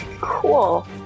Cool